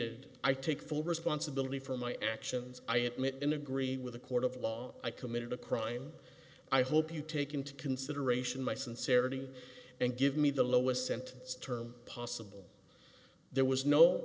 stated i take full responsibility for my actions i admit in agree with a court of law i committed a crime i hope you take into consideration my sincerity and give me the lowest sentence term possible there was no